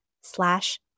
slash